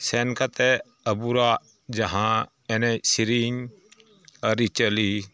ᱥᱮᱱᱠᱟᱛᱮ ᱟᱵᱚᱣᱟᱜ ᱡᱟᱦᱟᱸ ᱮᱱᱮᱡ ᱥᱮᱨᱮᱧ ᱟᱹᱨᱤ ᱪᱟᱹᱞᱤ